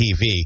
TV